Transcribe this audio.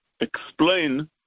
explain